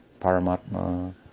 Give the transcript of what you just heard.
paramatma